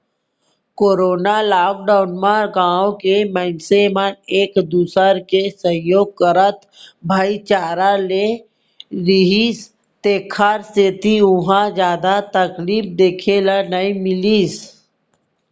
corona lockdown म गाँव के मनसे मन एक दूसर के सहयोग करत भाईचारा ले रिहिस तेखर सेती उहाँ जादा तकलीफ देखे ल नइ मिलिस